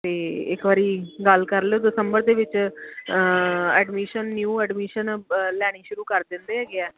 ਅਤੇ ਇੱਕ ਵਾਰੀ ਗੱਲ ਕਰ ਲਓ ਦਸੰਬਰ ਦੇ ਵਿੱਚ ਐਡਮਿਸ਼ਨ ਨਿਊ ਐਡਮਿਸ਼ਨ ਲੈਣੀ ਸ਼ੁਰੂ ਕਰ ਦਿੰਦੇ ਹੈਗੇ ਆ